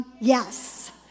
Yes